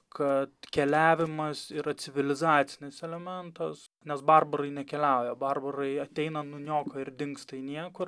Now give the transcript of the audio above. kad keliavimas yra civilizacinis elementas nes barbarai nekeliauja barbarai ateina nuniokoja ir dingsta į niekur